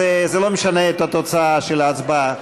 אבל זה לא משנה את התוצאה של ההצבעה.